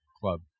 club